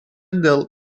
dėl